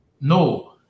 No